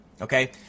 okay